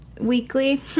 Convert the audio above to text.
weekly